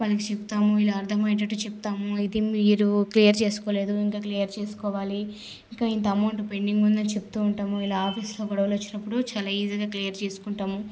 వాళ్ళకి చెప్తాము ఇలా అర్దమయ్యేటట్టు చెప్తాము ఇది మీరు క్లియర్ చేసుకోలేదు ఇంకా క్లియర్ చేసుకోవాలి ఇంకా ఇంత అమౌంటు పెండింగ్ ఉంది అని చెప్తు ఉంటాము ఇలా ఆఫీసులో గొడవలు వచ్చినప్పుడు చాలా ఈజీగా క్లియర్ చేసుకుంటాము